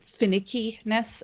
finickiness